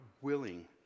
willing